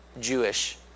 Jewish